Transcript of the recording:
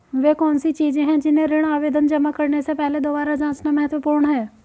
वे कौन सी चीजें हैं जिन्हें ऋण आवेदन जमा करने से पहले दोबारा जांचना महत्वपूर्ण है?